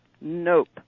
nope